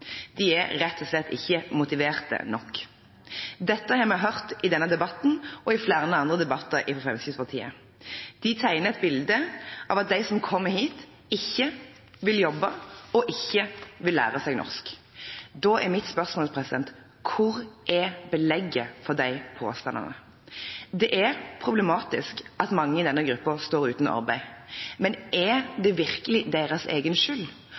De er rett og slett ikke motiverte nok. Dette har vi hørt fra Fremskrittspartiet i denne debatten og i flere andre debatter. De tegner et bilde av at de som kommer hit, ikke vil jobbe og ikke vil lære seg norsk. Da er mitt spørsmål: Hvor er belegget for de påstandene? Det er problematisk at mange i denne gruppen står uten arbeid, men er det virkelig deres egen skyld,